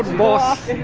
boss.